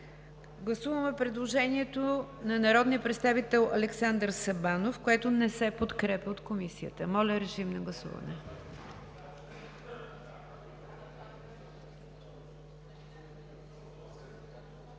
Гласуваме предложението на народния представител Александър Сабанов, което не се подкрепя от Комисията. Гласували